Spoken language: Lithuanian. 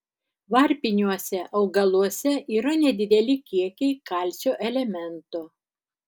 varpiniuose augaluose yra nedideli kiekiai kalcio elemento